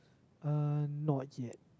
uh not yet